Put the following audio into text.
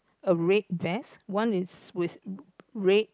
a red vest one is with red